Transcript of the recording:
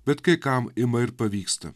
bet kai kam ima ir pavyksta